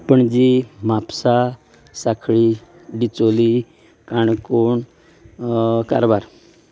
Panaji Mapusa Sanquelim Bicholim Canacona Karwar